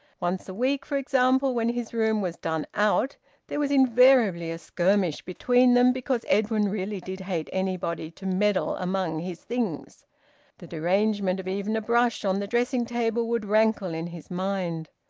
once a week, for example, when his room was done out there was invariably a skirmish between them, because edwin really did hate anybody to meddle among his things the derangement of even a brush on the dressing-table would rankle in his mind.